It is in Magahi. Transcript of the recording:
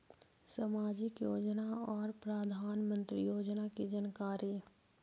समाजिक योजना और प्रधानमंत्री योजना की जानकारी?